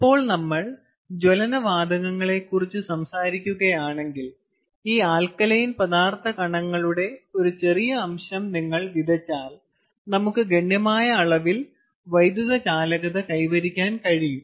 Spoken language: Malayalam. ഇപ്പോൾ നമ്മൾ ജ്വലന വാതകങ്ങളെ കുറിച്ച് സംസാരിക്കുകയാണെങ്കിൽ ഈ ആൽക്കലൈൻ പദാർത്ഥ കണങ്ങളുടെ ഒരു ചെറിയ അംശം നിങ്ങൾ വിതച്ചാൽ നമുക്ക് ഗണ്യമായ അളവിൽ വൈദ്യുതചാലകത കൈവരിക്കാൻ കഴിയും